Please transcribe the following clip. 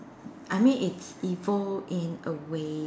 I mean it's evil in a way